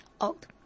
old